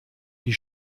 die